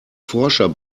forscher